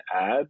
add